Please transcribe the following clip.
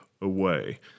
away